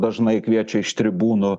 dažnai kviečia iš tribūnų